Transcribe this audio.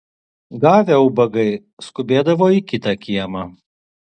gavę ubagai skubėdavo į kitą kiemą